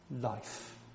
life